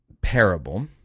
parable